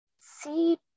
see